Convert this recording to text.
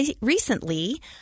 recently